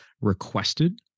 requested